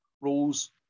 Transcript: rules